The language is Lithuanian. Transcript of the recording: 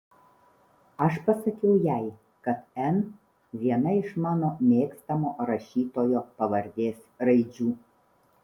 aš pasakiau jai kad n viena iš mano mėgstamo rašytojo pavardės raidžių